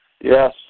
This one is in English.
Yes